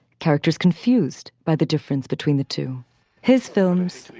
characters confused by the difference between the two his films,